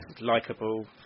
likeable